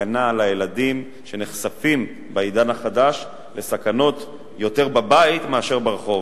הגנה על הילדים שבעידן החדש נחשפים לסכנות יותר בבית מאשר ברחוב.